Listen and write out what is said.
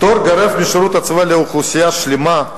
פטור גורף משירות צבאי לאוכלוסייה שלמה,